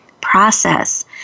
Process